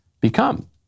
become